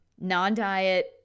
non-diet